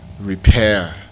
repair